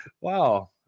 Wow